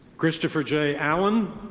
christopher jay allen.